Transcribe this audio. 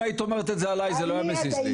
אם היית אומרת את זה עליי זה לא היה מזיז לי.